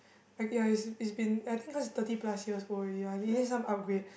like ya it's it's been I think cause he's thirty plus he was old already lah he needs some upgrade